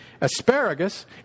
Asparagus